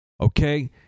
Okay